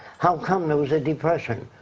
how come there was a depression?